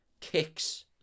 kicks